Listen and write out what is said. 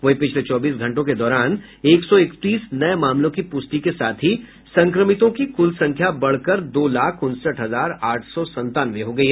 वहीं पिछले चौबीस घंटों के दौरान एक सौ इकतीस नये मामलों की प्रष्टि के साथ ही संक्रमितों की कुल संख्या बढ़कर दो लाख उनसठ हजार आठ सौ संतानवे हो गयी